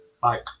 bye